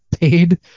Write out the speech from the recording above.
paid